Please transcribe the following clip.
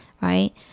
right